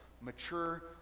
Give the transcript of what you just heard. mature